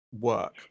work